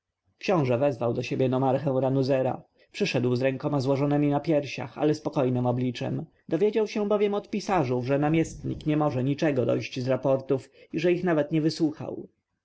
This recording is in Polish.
książę wezwał do siebie nomarchę ranuzera przyszedł z rękoma założonemi na piersiach ale spokojnem obliczem dowiedział się bowiem od pisarzów że namiestnik nie może niczego dojść z raportów i że ich nawet nie wysłuchał